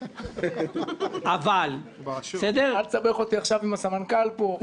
אבל --- אל תסבך אותי עכשיו עם הסמנכ"ל פה,